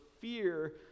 fear